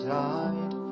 died